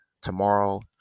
tomorrow